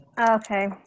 Okay